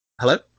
hello